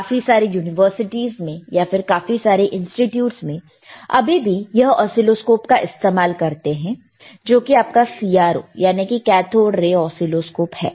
काफी सारे यूनिवर्सिटीज में या फिर काफी सारे इंस्टीटूट्स में अभी भी यह ऑसीलोस्कोप को इस्तेमाल करते हैं जो कि आपका CRO यानी कि कैथोड रे ऑसीलोस्कोप है